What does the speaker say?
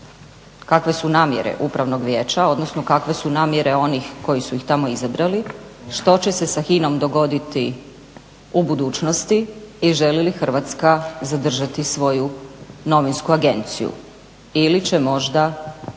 kakve su namjere Upravnog vijeća, odnosno kakve su namjere onih koji su ih tamo izabrali, što će se sa HINA-om dogoditi u budućnosti i želi li Hrvatska zadržati svoju novinsku agenciju ili će možda